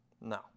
No